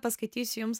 paskaitysiu jums